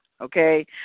Okay